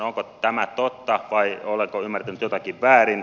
onko tämä totta vai olenko ymmärtänyt jotakin väärin